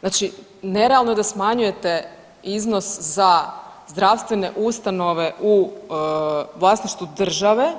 Znači, nerealno je da smanjujete iznos za zdravstvene ustanove u vlasništvu Države